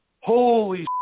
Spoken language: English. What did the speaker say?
holy